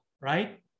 right